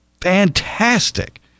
fantastic